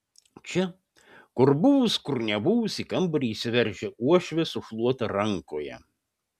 čia kur buvus kur nebuvus į kambarį įsiveržia uošvė su šluota rankoje